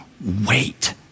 wait